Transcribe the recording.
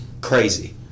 Crazy